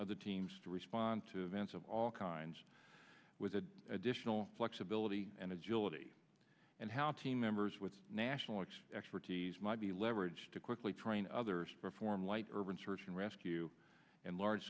of the teams to respond to sense of all kinds with the additional flexibility and agility and how team members with national x expertise might be leveraged to quickly train others perform light urban search and rescue and large